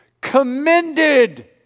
commended